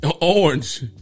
Orange